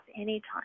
anytime